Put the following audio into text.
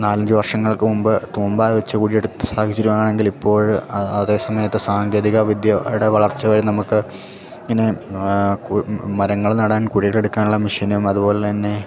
നാല് അഞ്ച് വർഷങ്ങൾക്ക് മുമ്പ് തൂമ്പാ വെച്ച് കുഴി എടുത്തിരുന്ന സാഹചര്യം ആണെങ്കിൽ ഇപ്പോൾ അതെ സമയത്ത് സാങ്കേതിക വിദ്യയുടെ വളർച്ചകളിൽ നമുക്ക് ഇങ്ങനെ മരങ്ങൾ നടാൻ കുഴികൾ എടുക്കാനുള്ള മെഷിനും അതുപോലെ തന്നെ